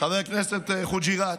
חבר הכנסת חוג'יראת.